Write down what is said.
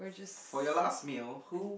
for your last meal who